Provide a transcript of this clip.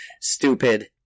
stupid